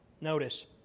notice